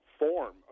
form